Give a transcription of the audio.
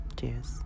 Cheers